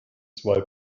zwei